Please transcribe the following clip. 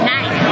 Nice